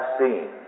seen